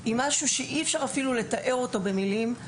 היא משהו שאי-אפשר אפילו לתאר במילים.